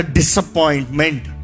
disappointment